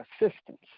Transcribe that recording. assistance